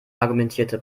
argumentierte